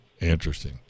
Interesting